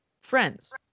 friends